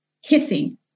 hissing